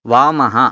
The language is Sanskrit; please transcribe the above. वामः